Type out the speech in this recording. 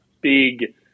big